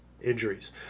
injuries